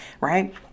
right